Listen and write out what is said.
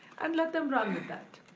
and let them run with that.